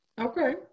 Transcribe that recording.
okay